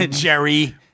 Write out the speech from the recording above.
Jerry